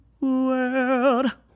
world